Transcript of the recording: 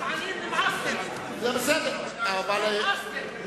גזענים, נמאסתם, נמאסתם.